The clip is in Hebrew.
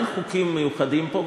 אין חוקים מיוחדים פה,